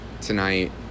tonight